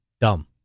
dumb